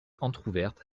entrouverte